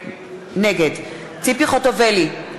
נגד ציפי חוטובלי,